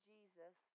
Jesus